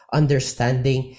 understanding